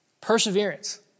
Perseverance